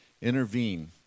intervene